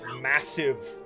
massive